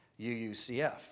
UUCF